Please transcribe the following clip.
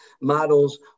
models